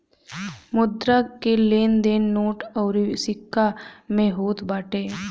मुद्रा के लेन देन नोट अउरी सिक्का में होत बाटे